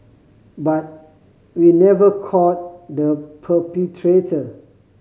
but we never caught the perpetrator